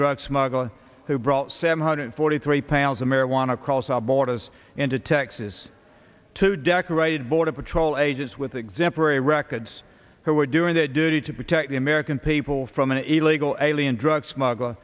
drug smuggler who brought seven hundred forty three pounds of marijuana across our borders into texas to decorated border patrol agents with exemplary records who were doing a duty to protect the american people from an illegal alien drug smuggler